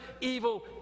evil